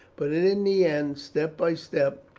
but in the end, step by step,